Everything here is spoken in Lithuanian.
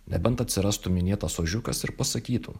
nebent atsirastų minėtas ožiukas ir pasakytų